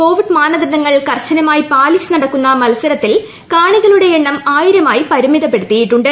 Covid മാനദണ്ഡങ്ങൾ കർശനമായി പാലിച്ച് നടക്കുന്ന മത്സരത്തിൽ കാണികളുടെ എണ്ണം ആയിരമായി പരിമിതപ്പെടുത്തിയിട്ടുണ്ട്